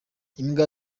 imbwa